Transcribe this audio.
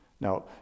Now